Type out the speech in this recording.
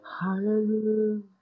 Hallelujah